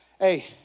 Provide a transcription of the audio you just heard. hey